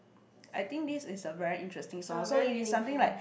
I think this is a very interesting song so it is something like